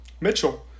Mitchell